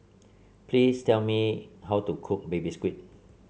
please tell me how to cook Baby Squid